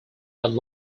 had